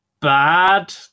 bad